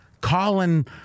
Colin